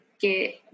get